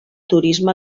turisme